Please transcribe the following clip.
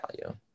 value